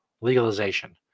legalization